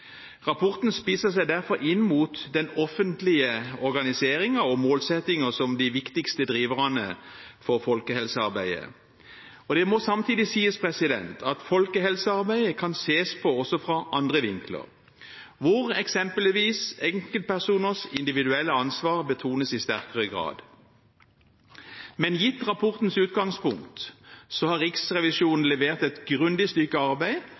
Rapporten spisser seg derfor inn mot den offentlige organisering og målsettinger som de viktigste drivere for folkehelsearbeidet. Det må samtidig sies at folkehelsearbeidet kan ses på også fra andre vinkler, hvor eksempelvis enkeltpersoners individuelle ansvar betones i sterkere grad. Men gitt rapportens utgangspunkt har Riksrevisjonen levert et grundig stykke arbeid,